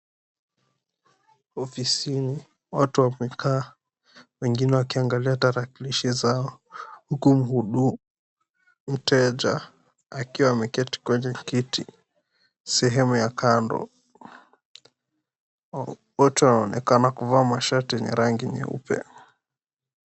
Ofisini watu wamekaa wengine wakiangalia tarakilishi zao huku mteja akiwa ameketi kwenye kiti sehemu ya kando. Wote wanaonekana kuvaa mashati yenye rangi nyeupe.